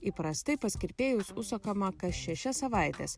įprastai pas kirpėjus užsukama kas šešias savaites